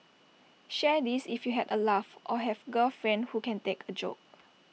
share this if you had A laugh or have girlfriend who can take A joke